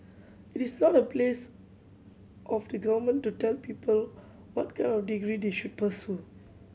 it is not the place of the Government to tell people what kind of degree they should pursue